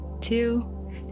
two